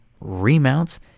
remounts